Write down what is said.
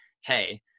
Hey